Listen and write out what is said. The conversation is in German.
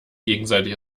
gegenseitig